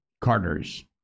Carter's